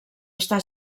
està